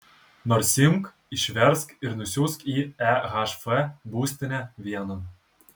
nors imk išversk ir nusiųsk į ehf būstinę vienon